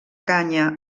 canya